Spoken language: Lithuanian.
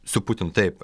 su putinu taip